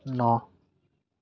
ন